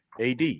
AD